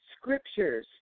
scriptures